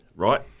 right